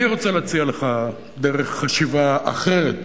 אני רוצה להציע לך דרך חשיבה אחרת.